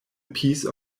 piece